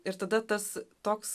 ir tada tas toks